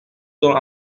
sont